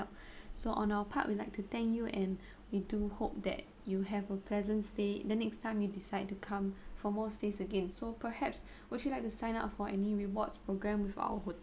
so on our part we'd like to thank you and we do hope that you have a pleasant stay the next time you decide to come for more stays again so perhaps would you like to sign up for any rewards programme with our hotel